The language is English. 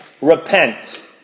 repent